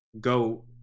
Go